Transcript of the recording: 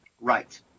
Right